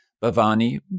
Bhavani